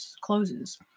closes